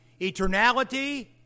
Eternality